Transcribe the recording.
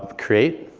create.